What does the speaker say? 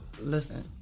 Listen